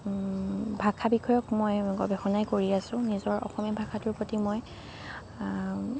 ভাষা বিষয়ক মই গৱেষণাই কৰি আছোঁ নিজৰ অসমীয়া ভাষাটোৰ প্ৰতি মই